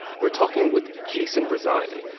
we're talking with jason rezaian,